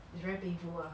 it's very painful ah